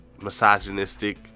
Misogynistic